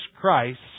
Christ